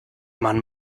mann